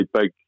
big